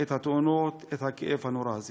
את התאונות, את הכאב הנורא הזה.